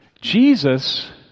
Jesus